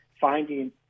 finding